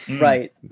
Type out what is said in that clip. Right